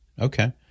okay